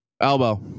Elbow